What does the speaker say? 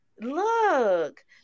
Look